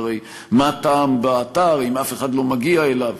שהרי מה הטעם באתר אם אף אחד לא מגיע אליו.